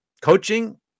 coaching